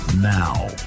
Now